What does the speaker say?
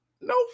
no